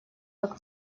как